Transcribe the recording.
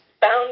bound